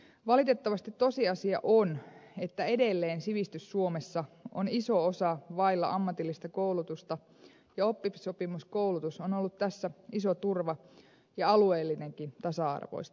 valitettavasti tosiasia on että edelleen sivistys suomessa on iso osa vailla ammatillista koulutusta ja oppisopimuskoulutus on ollut tässä iso turva ja alueellinenkin tasa arvoistaja